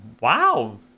wow